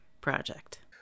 project